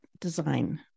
design